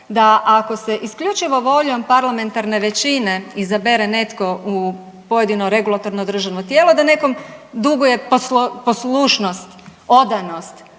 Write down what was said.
da ako se isključivo voljom parlamentarne većine izabere netko u pojedino regulatorno državno tijelo da nekom duguje poslušnost, odanost